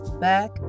back